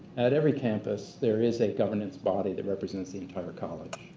at every campus, there is a governance body that represents the entire college.